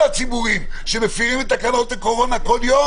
הציבורים שמפירים את תקנות הקורונה כל יום?